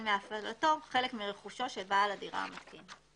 מהפעלתו חלק מרכושו של בעל הדירה המתקין.